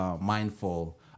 mindful